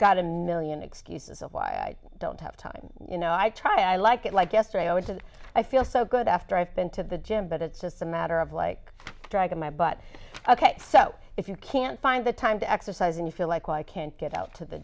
and excuses of why i don't have time you know i try i like it like yesterday i was and i feel so good after i've been to the gym but it's just a matter of like dragging my butt ok so if you can't find the time to exercise and you feel like why i can't get out to the